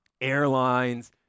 airlines